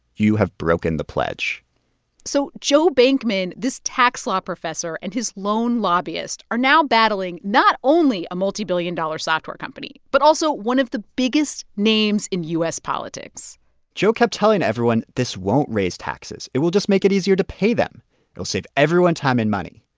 you have broken the pledge so joe bankman, this tax law professor, and his lone lobbyist are now battling not only a multibillion-dollar software company but also one of the biggest names in u s. politics joe kept telling everyone, this won't raise taxes. it will just make it easier to pay them. it will save everyone time and money.